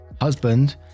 husband